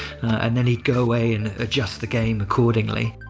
and then he'd go away and adjust the game accordingly